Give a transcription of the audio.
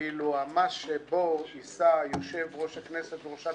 ואילו המס שבו יישא יושב-ראש הכנסת וראשת